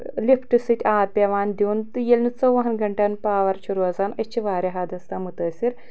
lift سۭتۍ آب پٮ۪وان دِیُن تہٕ ییٚلہِ نہٕ ژۄوہن گنٛٹن پاور چھُ روزان أسۍ چھِ گژھان واریاہ حدس تام مُتٲثر